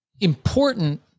important